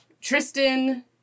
Tristan